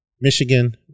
Michigan